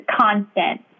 constant